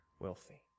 wealthy